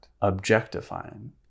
objectifying